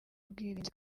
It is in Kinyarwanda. ubwirinzi